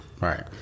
Right